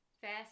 fast